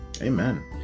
Amen